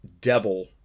devil